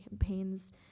campaigns